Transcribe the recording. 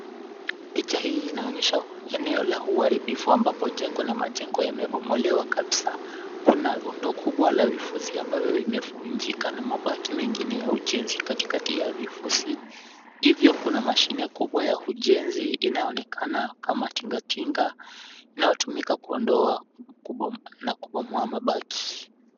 Picha hii inaonyesha eneo la uharibifu ambapo jengo na majengo yamebomolewa kabisa. Kuna rundo kubwa la vifusi ambavyo vimevunjika na mabaki mengine ya ujenzi. Katikati ya vifusi hivyo kuna mashine kubwa ya ujenzi inayoonekana kama tinga tinga inayotumika kuondoa na kubomoa mabaki.